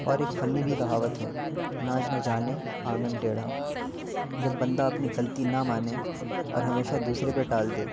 اور ایک فنی بھی کہاوت ہے ناچ نہ جانے آنگن ٹیڑھا جب بندہ اپنی غلطی نہ مانے اور ہمیشہ دوسرے پہ ٹال دیں